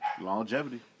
Longevity